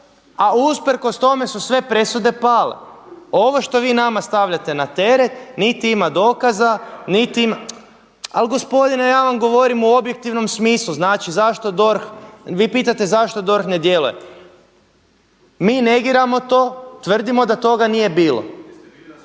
a usprkos tome su sve presude pale. Ovo što vi nama stavljate na teret niti ima dokaza, niti ima … …/Upadica se ne čuje./… Ali gospodine ja vam govorim o objektivnom smislu, znači zašto DORH, vi pitate zašto DORH ne djeluje. Mi negiramo to, tvrdimo da toga nije bilo.